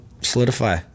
solidify